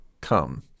come